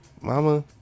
Mama